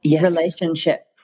relationship